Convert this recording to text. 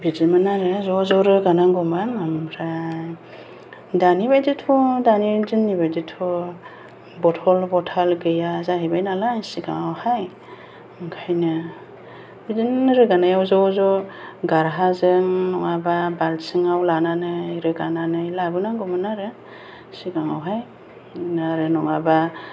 बिदिमोन आरो ज' ज' रोगानांगौमोन ओमफ्राय दानिबादिथ' दानि दिननि बादिथ' बथल बथाल गैया जाहैबाय नालाय सिगाङावहाय बिदिनो रोगानायाव ज' ज' गारहाजों नङाबा बालथिङाव लानानै रोगानानै लाबो नांगौमोन आरो सिगाङावहाय आरो नङाबा